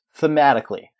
thematically